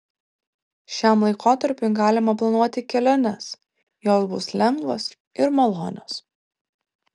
šiam laikotarpiui galima planuoti keliones jos bus lengvos ir malonios